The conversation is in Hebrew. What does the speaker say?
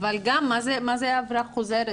מה זה עבירה חוזרת?